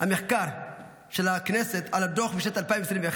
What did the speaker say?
מחלקת מחקר של הכנסת על הדוח משנת 2021,